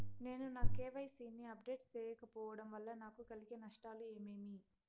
నేను నా కె.వై.సి ని అప్డేట్ సేయకపోవడం వల్ల నాకు కలిగే నష్టాలు ఏమేమీ?